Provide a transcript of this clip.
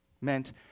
meant